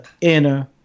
inner